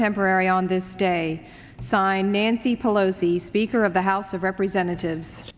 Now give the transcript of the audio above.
temporary on this day sign nancy pelosi speaker of the house of representatives